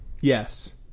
Yes